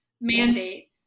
mandate